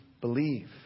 believe